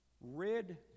Rid